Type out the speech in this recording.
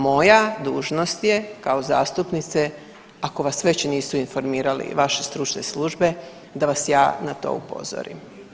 Moja dužnost je kao zastupnice ako vas već nisu informirale vaše stručne službe da vas ja na to upozorim.